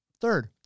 Third